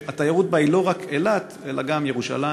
שהתיירות בה היא לא רק אילת אלא גם ירושלים,